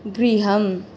गृहम्